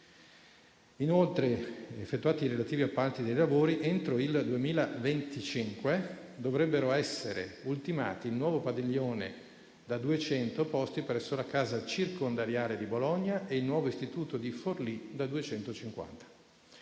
Inoltre, effettuati i relativi appalti dei lavori, entro il 2025 dovrebbero essere ultimati il nuovo padiglione da 200 posti presso la casa circondariale di Bologna e il nuovo istituto di Forlì, da 250